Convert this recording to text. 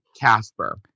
Casper